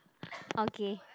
okay